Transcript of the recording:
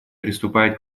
приступает